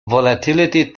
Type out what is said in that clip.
volatility